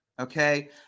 Okay